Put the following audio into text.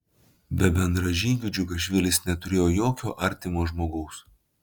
be bendražygių džiugašvilis neturėjo jokio artimo žmogaus